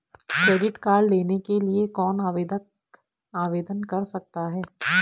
Credit card लेने के लिए कौन आवेदन कर सकता है?